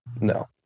No